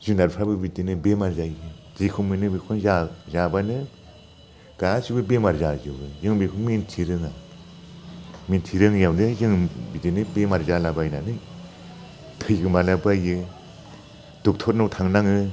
जुनारफ्राबो बिदिनो बेमार जायो जेखौ मोनो बेखौनो जा जाबानो गासिबो बेमार जाजोबो जों बेखौ मिनथिरोङा मिथिरोङियावनो जों बिदिनो बेमार जालाबायनानै थैगोमालाबायो डक्टरनाव थांनाङो